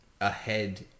ahead